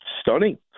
stunning